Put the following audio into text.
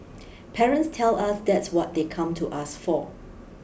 parents tell us that's what they come to us for